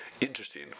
Interesting